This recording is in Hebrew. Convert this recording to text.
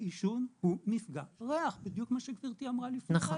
העישון הוא מפגע ריח בדיוק כמו שגברתי אמרה לפני רגע.